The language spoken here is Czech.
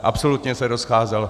Absolutně se rozcházel.